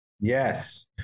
Yes